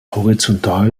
horizontal